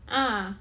ah